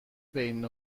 بین